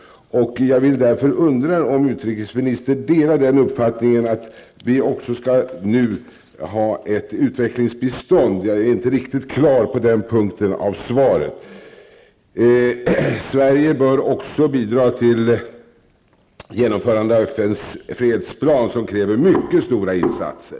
Jag undrar om utrikesministern delar uppfattningen att vi skall ha ett utvecklingsbistånd. Jag är inte riktigt säker när det gäller den punkten i svaret. Sverige bör också bidra till genomförandet av FNs fredsplan, som kräver mycket stora insatser.